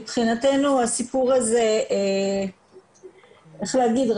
מבחינתנו הסיפור הזה הוא איך להגיד,